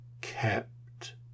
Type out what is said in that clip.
Kept